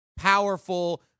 powerful